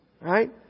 Right